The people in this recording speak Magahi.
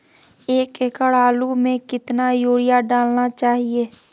एक एकड़ आलु में कितना युरिया डालना चाहिए?